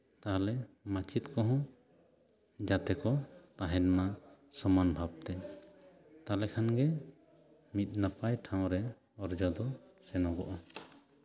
ᱛᱟᱦᱞᱮ ᱢᱟᱪᱮᱫ ᱠᱚᱦᱚᱸ ᱡᱟᱛᱮ ᱠᱚ ᱛᱟᱦᱮᱱ ᱢᱟ ᱥᱚᱢᱟᱱ ᱵᱷᱟᱵᱛᱮ ᱛᱟᱦᱞᱮ ᱠᱷᱟᱱᱜᱮ ᱢᱤᱫ ᱱᱟᱯᱟᱭ ᱴᱷᱟᱶᱨᱮ ᱚᱨᱡᱚ ᱫᱚ ᱥᱮᱱᱚᱜᱚᱜᱼᱟ